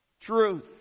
truth